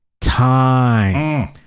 time